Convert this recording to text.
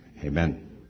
amen